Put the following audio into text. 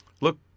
Look